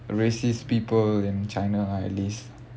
racist people in china ah at least